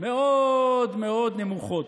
מאוד מאוד נמוכות.